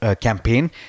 campaign